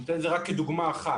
אני נותן את זה רק כדוגמא אחת,